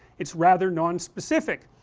it's rather non-specific,